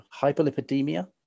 hyperlipidemia